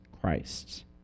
Christ